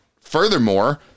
furthermore